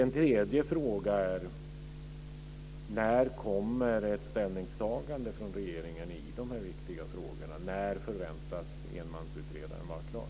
En tredje fråga är: När kommer ett ställningstagande från regeringen i de här viktiga frågorna? När förväntas enmansutredaren vara klar?